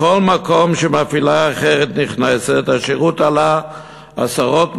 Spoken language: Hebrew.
בכל מקום שמפעילה אחרת נכנסת השירות עלה עשרות מונים.